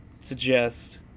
suggest